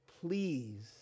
please